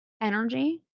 energy